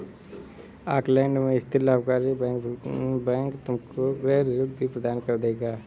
Auckland में स्थित लाभकारी बैंक तुमको गृह ऋण भी प्रदान कर देगा